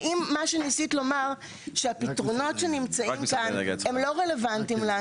ואם מה שניסית לומר שהפתרונות שנמצאים כאן הם לא רלוונטיים לנו,